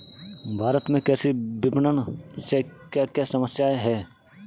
भारत में कृषि विपणन से क्या क्या समस्या हैं?